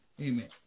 amen